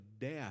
death